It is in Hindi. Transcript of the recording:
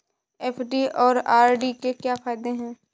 एफ.डी और आर.डी के क्या फायदे हैं?